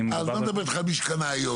אני לא מדבר איתך על מי שקנה היום.